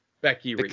Becky